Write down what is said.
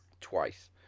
Twice